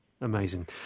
Amazing